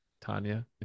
Tanya